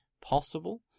possible